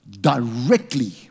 directly